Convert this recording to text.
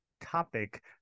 topic